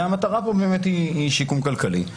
המטרה פה היא שיקום כלכלי.